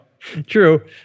True